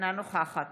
אינה נוכחת